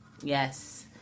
Yes